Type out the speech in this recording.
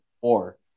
four